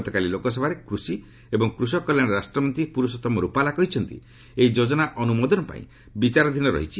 ଗତକାଲି ଲୋକସଭାରେ କୃଷି ଏବଂ କୃଷକ କଲ୍ୟାଣ ରାଷ୍ଟ୍ରମନ୍ତ୍ରୀ ପୁରୁଷୋତ୍ତମ ରୁପାଲା କହିଛନ୍ତି ଏହି ଯୋଜନା ଅନୁମୋଦନ ପାଇଁ ବିଚାରାଧୀନ ରହିଛି